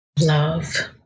Love